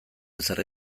ezer